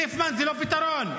ריפמן זה לא פתרון.